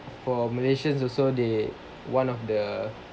for malaysians also they one of the